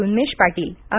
Unmesh Patil आ